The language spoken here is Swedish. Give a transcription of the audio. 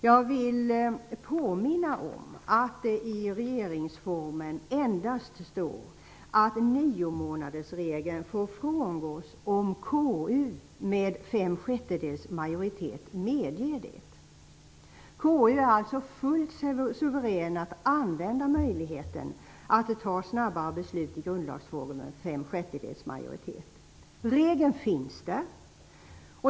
Jag vill påminna om att det i regeringsformen står att niomånadersregeln får frångås om KU med femsjättedelsmajoritet medger detta. KU är alltså fullt suverän att använda möjligheten att med femsjättedelsmajoritet fatta snabbare beslut i grundlagsfrågor. Regeln finns där.